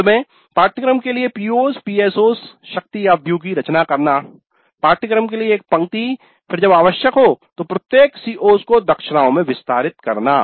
अंत में पाठ्यक्रम के लिए PO's PSO's शक्ति आव्युह की रचना करना पाठ्यक्रम के लिए एक पंक्ति फिर जब आवश्यक हो प्रत्येक CO's को दक्षताओं में विस्तारित करना